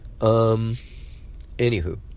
anywho